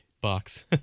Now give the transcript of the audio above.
box